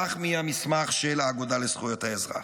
כך מהמסמך של האגודה לזכויות האזרח.